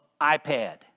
iPad